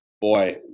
Boy